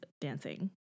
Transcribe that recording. dancing